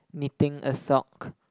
knitting a sock